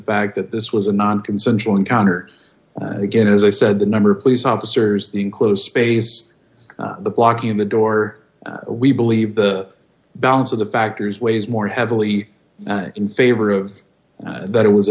fact that this was a non consensual encounter again as i said the number of police officers enclosed space blocking the door we believe the balance of the factors weighs more heavily in favor of that it was a